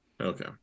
Okay